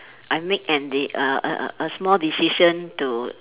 I make and the err a a small decision to